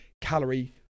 calorie